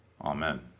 Amen